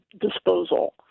disposal